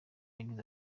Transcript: yagize